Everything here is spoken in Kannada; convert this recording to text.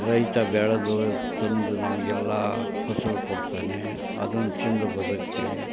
ರೈತ ಬೆಳೆದು ತಂದು ನಮಗೆಲ್ಲ ಫಸಲು ಕೊಡ್ತಾನೆ ಅದನ್ನು ತಿಂದು ಬದುಕ್ತೀವಿ